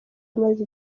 amaze